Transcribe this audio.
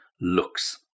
looks